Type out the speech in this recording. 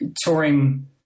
touring